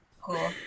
cool